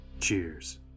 Cheers